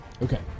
Okay